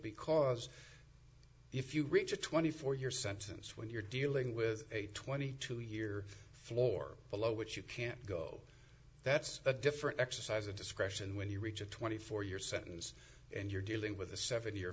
because if you reach a twenty four year sentence when you're dealing with a twenty two year floor below which you can't go that's a different exercise of discretion when you reach a twenty four year sentence and you're dealing with a seventy year